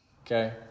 Okay